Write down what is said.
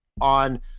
on